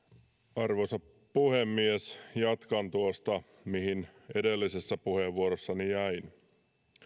arvoisa puhemies jatkan tuosta mihin edellisessä puheenvuorossani jäin